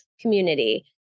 community